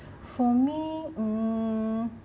for me mm